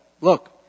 Look